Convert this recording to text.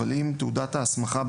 אבל אם תעודת ההסמכה,